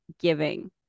giving